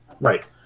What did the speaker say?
Right